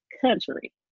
Country